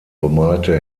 bemalte